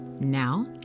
Now